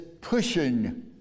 pushing